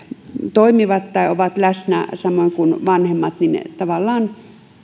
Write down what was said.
toimivat tai ovat läsnä samoin kuin vanhemmat tavallaan